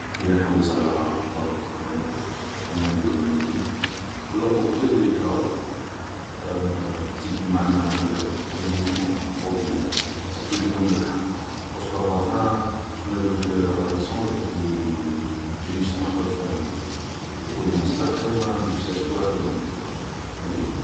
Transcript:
نحوس على ابطال وحدخرين, باش اوموان نديرو اون ايكيب, و لا اوبير دي كا, تزيد معانل عباد وحدخرين جايين نورمال اوردينار بصح توجدهم لهاد الحرب, بارسكو ا لا فان كيما يقولك اليكسندر بلي جيش تاع خرفان يقودهم سبع خير من جيش تاع سبوعة يقودهم خروف